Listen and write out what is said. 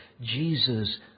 Jesus